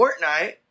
Fortnite